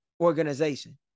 organization